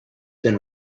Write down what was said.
been